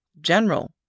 General